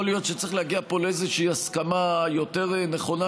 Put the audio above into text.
יכול להיות שצריך להגיע פה לאיזושהי הסכמה יותר נכונה,